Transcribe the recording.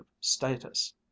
status